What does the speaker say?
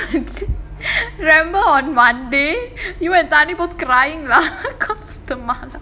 remember on monday you and thani both crying lah because of the mala